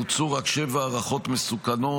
בוצעו רק שבע הערכות מסוכנות.